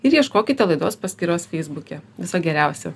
ir ieškokite laidos paskyros feisbuke viso geriausio